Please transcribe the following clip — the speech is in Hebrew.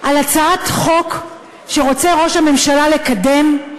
על הצעת חוק שראש הממשלה רוצה לקדם,